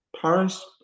Paris